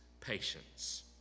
patience